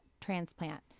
transplant